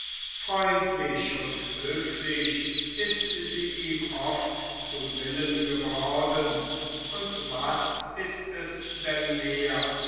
freundlich und höflich ist sie ihm oft zu willen geworden und was ist es denn mehr